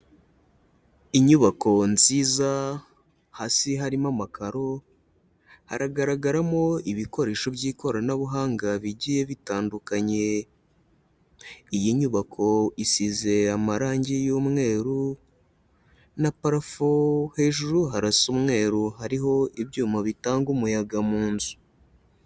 Inyubako nziza hasi harimo amakaro haragaragaramo ibikoresho by'ikoranabuhanga bigiye bitandukanye, iyi nyubako isize amarangi y'umweru na parafo, hejuru harasa umweru, hariho ibyuma bitanga umuyaga mu nzu.